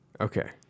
Okay